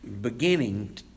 beginning